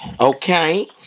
Okay